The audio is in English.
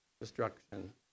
destruction